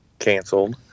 canceled